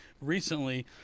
recently